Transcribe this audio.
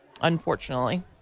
unfortunately